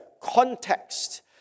context